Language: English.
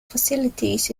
facilities